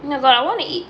oh my god I want to eat